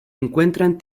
encuentran